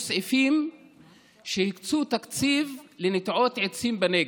סעיפים שהקצו תקציב לנטיעות עצים בנגב.